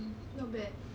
we gonna choose first eh